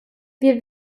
wir